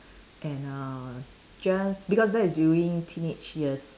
and uh just because that is during teenage years